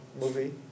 movie